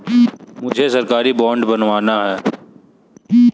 मुझे सरकारी बॉन्ड बनवाना है